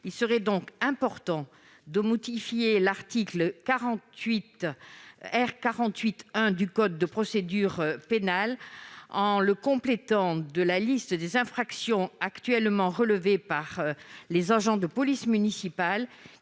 il paraît important de modifier l'article R. 48-1 du code de procédure pénale, en le complétant de la liste des infractions actuellement relevées par les agents de police municipale,